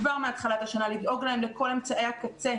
כבר מהתחלת השנה לדאוג להם לכל אמצעי הקצה,